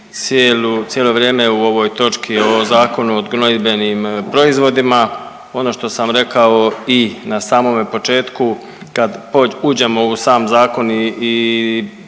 cijelo vrijeme u ovoj točki o Zakonu o gnojidbenim proizvodima ono što sam rekao i na samome početku kad uđemo u sam zakon i